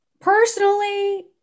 personally